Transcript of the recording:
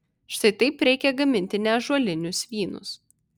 štai taip reikia gaminti neąžuolinius vynus